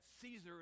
Caesar